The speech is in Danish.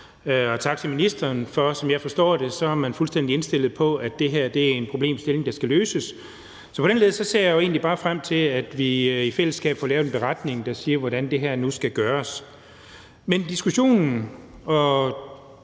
og tak til ministeren, for som jeg forstår det, er man fuldstændig indstillet på, at det her er en problemstilling, der skal løses. Så på den led ser jeg jo egentlig bare frem til, at vi i fællesskab får lavet en beretning, der siger, hvordan det her nu skal gøres. Men diskussionen og